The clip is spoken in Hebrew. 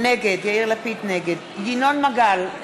נגד ינון מגל,